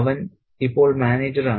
അവൻ ഇപ്പോൾ മാനേജരാണ്